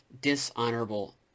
dishonorable